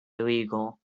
illegal